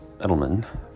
Edelman